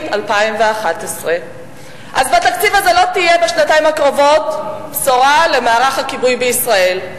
2011. אז בתקציב הזה לא תהיה בשנתיים הקרובות בשורה למערך הכיבוי בישראל.